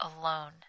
alone